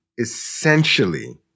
essentially